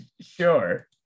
Sure